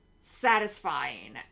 satisfying